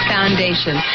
Foundation